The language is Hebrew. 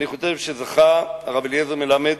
אני חושב שזכה הרב אליעזר מלמד,